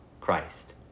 Christ